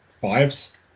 fives